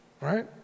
right